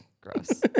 Gross